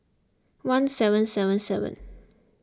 one seven seven seven